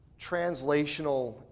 translational